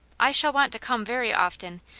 i shall want to come very often,